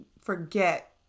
forget